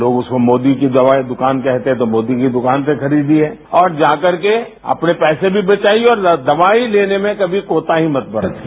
लोग उसको मोदी की दुकान कहते हैं तो मोदी की दुकान से खरीदिए और जाकर के अपने पैसे भी बचाईए और दवाई लेने में कभी कोताही मत बरतिए